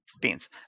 beans